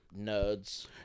nerds